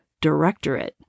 Directorate